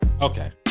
Okay